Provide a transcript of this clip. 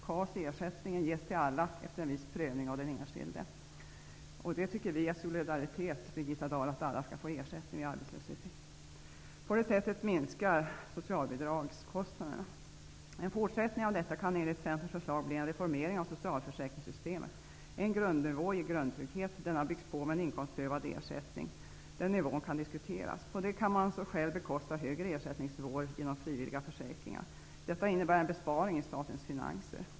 KAS-ersättningen ges till alla, efter en viss prövning av den enskilde. Det tycker vi är solidaritet, Birgitta Dahl, att alla skall få ersättning vid arbetslöshet. På det sättet minskar kostnaderna för socialbidrag. En fortsättning av detta kan enligt Centerns förslag bli en reformering av socialförsäkringssystemet. En grundnivå ger grundtrygghet. Det byggs på med en inkomstprövad ersättning. Nivån på den kan diskuteras. På detta kan man själv bekosta högre ersättningsnivåer genom frivilliga försäkringar. Detta innebär en besparing i statens finanser.